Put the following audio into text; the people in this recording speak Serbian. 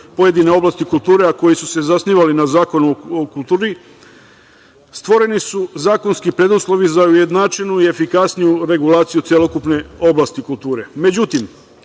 pojedine oblasti kulture, a koji su zasnivali na Zakonu o kulturi, stvoreni su zakonski preduslovi za ujednačenu i efikasniju regulaciju celokupne oblasti kulture.Međutim,